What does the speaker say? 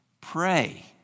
Pray